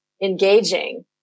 engaging